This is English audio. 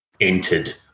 entered